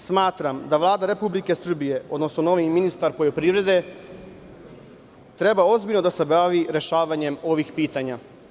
Smatram da Vlada Republike Srbije, odnosno novi ministar poljoprivrede, treba ozbiljno da se bavi rešavanjem ovih pitanja.